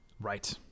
Right